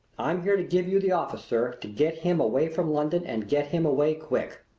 i'm here to give you the office, sir, to get him away from london and get him away quick.